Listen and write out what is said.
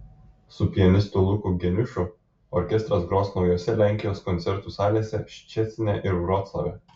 su pianistu luku geniušu orkestras gros naujose lenkijos koncertų salėse ščecine ir vroclave